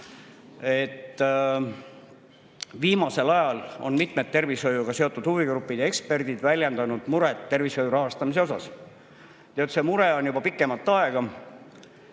Viimasel ajal on mitmed tervishoiuga seotud huvigrupid ja eksperdid väljendanud muret tervishoiu rahastamise pärast. Ja see mure on juba pikemat aega.